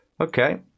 Okay